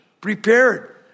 prepared